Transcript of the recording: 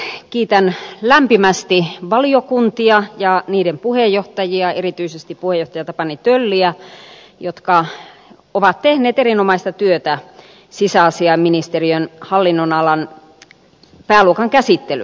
kiitän lämpimästi valiokuntia ja niiden puheenjohtajia erityisesti puheenjohtaja tapani tölliä jotka ovat tehneet erinomaista työtä sisäasiainministeriön hallinnon alan pääluokan käsittelyssä